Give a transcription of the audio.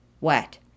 wet